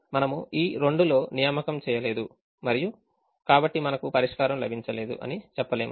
కాబట్టి మనము ఈ 2 లో నియామకం చేయలేదు మరియు కాబట్టి మనకు పరిష్కారం లభించింది అని చెప్పలేము